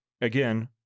again-